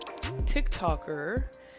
TikToker